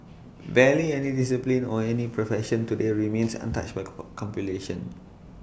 barely any discipline or any profession today remains untouched by computation